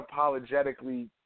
unapologetically